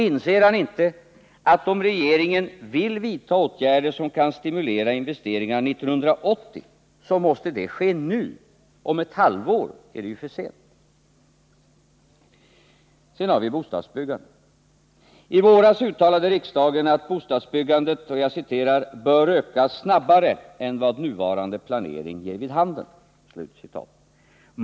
Inser han inte att om regeringen vill vidta åtgärder som kan stimulera investeringar 1980 måste det ske nu —-om ett halvår är det för sent. Sedan har vi bostadsbyggandet. I våras uttalade riksdagen att bostadsbyggandet ”bör öka snabbare än vad nuvarande planering ger vid handen”.